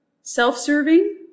self-serving